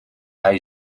hij